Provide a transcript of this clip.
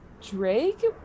Drake